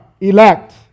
elect